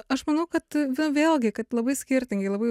aš manau kad vė vėlgi kad labai skirtingai labai